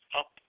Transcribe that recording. up